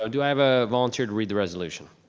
so do i have a volunteer to read the resolution?